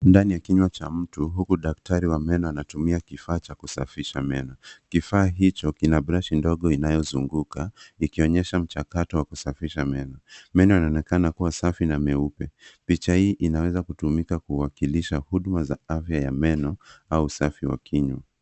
Ndani ya kinywa cha mtu uku daktari anatumia kifaa cha kusafisha meno. Kifaa hicho kina brashi ndogo inayozunguka ikionyesha mchakato wa kusafisha meno. Meno yanaonekana kuwa safi na meupe. Picha hii inaweza kutumika kuwakilisha huduma za afya ya meno au usafi wa kinywa.